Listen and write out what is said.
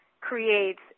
creates